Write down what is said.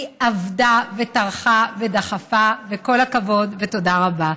היא עבדה וטרחה ודחפה, וכל הכבוד ותודה רבה.